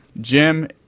Jim